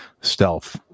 stealth